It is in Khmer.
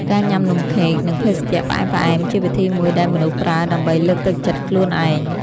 ការញ៉ាំនំខេក និងភេសជ្ជៈផ្អែមៗ ជាវិធីមួយដែលមនុស្សប្រើដើម្បីលើកទឹកចិត្តខ្លួនឯង។